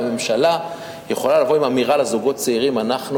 והממשלה יכולה לבוא עם אמירה לזוגות צעירים: אנחנו